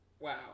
Wow